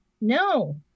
No